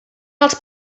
els